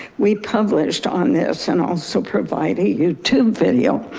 we published on this and also provide a youtube video.